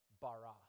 bara